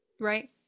right